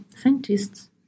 scientists